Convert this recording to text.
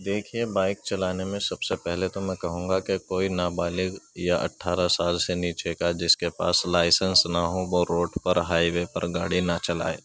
دیکھیے بائک چلانے میں سب سے پہلے تو میں کہوں گا کہ کوئی نابالغ یا اٹھارہ سال سے نیچے کا جس کے پاس لائسنس نہ ہوں وہ روڈ پر ہائی وے پر گاڑی نہ چلائے